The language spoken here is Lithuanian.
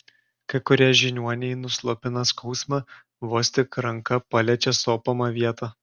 kai kurie žiniuoniai nuslopina skausmą vos tik ranka paliečia sopamą vietą